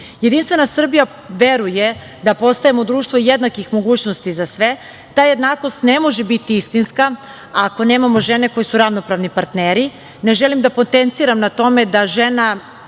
društva. Jedinstva Srbija veruje da postajemo društvo jednakih mogućnosti za sve. Ta jednakost ne može biti istinska ako nemamo žene koje su ravnopravni partneri. Ne želim da potenciram na tome da žena